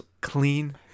clean